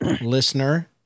listener